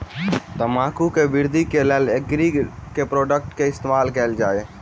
तम्बाकू केँ वृद्धि केँ लेल एग्री केँ के प्रोडक्ट केँ इस्तेमाल कैल जाय?